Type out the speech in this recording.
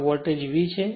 આ voltage v છે